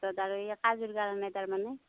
তাৰ পিছত এই কাজৰ কাৰণে তাৰমানে